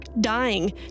dying